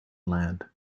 land